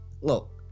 Look